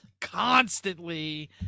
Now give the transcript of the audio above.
constantly